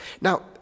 Now